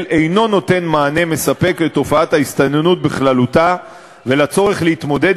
אינו נותן מענה מספק על תופעת ההסתננות בכללותה ועל הצורך להתמודד